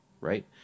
right